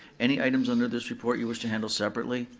any items under this report you wish to handle separately?